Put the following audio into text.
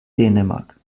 dänemark